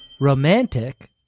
Romantic